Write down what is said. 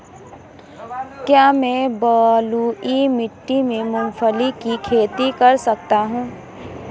क्या मैं बलुई मिट्टी में मूंगफली की खेती कर सकता हूँ?